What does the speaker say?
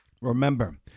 Remember